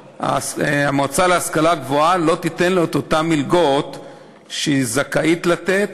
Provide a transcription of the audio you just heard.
המועצה להשכלה גבוהה לא תיתן לו את אותן מלגות שהיא זכאית לתת,